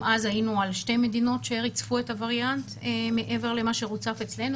אם אז היינו על שתי מדינות שריצפו את הווריאנט מעבר למה שרוצף אצלנו,